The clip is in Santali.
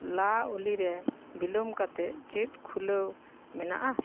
ᱞᱟ ᱚᱞᱤᱨᱮ ᱵᱤᱞᱚᱢ ᱠᱟᱛᱮ ᱪᱮᱫ ᱠᱷᱩᱞᱟᱹᱣ ᱢᱮᱱᱟᱜᱼᱟ